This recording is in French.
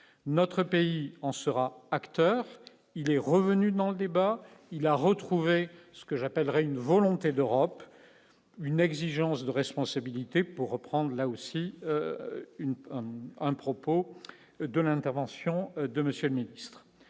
notre pays en sera acteur, il est revenu dans le débat, il a retrouvé ce que j'appellerais une volonté d'Europe, une exigence de responsabilité pour reprendre là aussi une un propos de l'intervention de Monsieur le Ministre,